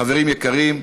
חברים יקרים,